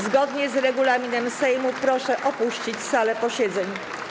Zgodnie z regulaminem Sejmu proszę opuścić salę posiedzeń.